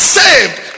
saved